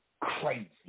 crazy